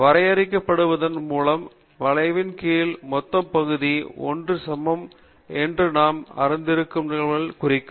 வரையறுக்கப்படுவதன் மூலம் வளைவின் கீழ் மொத்த பகுதி 1 சமம் என்று நாம் அறிந்திருக்கும் நிகழ்தகவுகளை குறிக்கும்